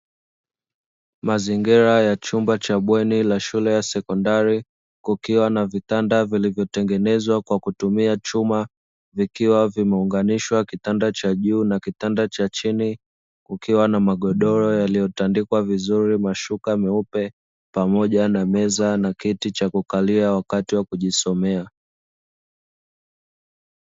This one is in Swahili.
Mazingira ya chumba cha bweni la shule ya sekondari, kukiwa na vitanda vilivyo tengenezwa kwa kutumia chuma, vikiwa vimeunganishwa kitanda cha juu na kitanda cha chini kukiwa na magodoro yaliyotandikwa vizuri mashuka muepe, pamoja na meza na kiti cha kukalia wakati wa kujisomea.